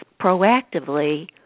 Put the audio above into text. proactively